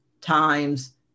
times